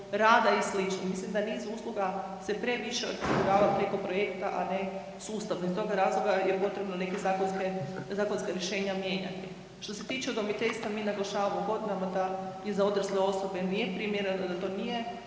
rada i sl. Mislim da niz usluga se previše osigurava preko projekata a ne sustavno, iz toga razloga je potrebno neka zakonska rješenja mijenjati. Što se tiče udomiteljstva, mi naglašavamo godinama da i za odrasle osobe nije primjereno, da to nije